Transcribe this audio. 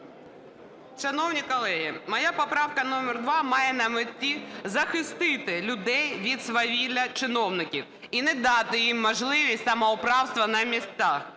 Шановні колеги, моя поправка номер 2 має на меті захистити людей від свавілля чиновників і не дати їм можливість самоуправства на місцях.